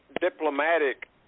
diplomatic